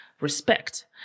respect